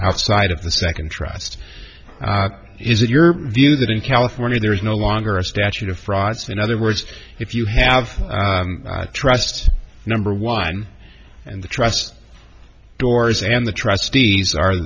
outside of the second trust is it your view that in california there is no longer a statute of frauds in other words if you have trust number one and the trust doors and the trustees are